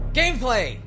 gameplay